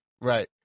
Right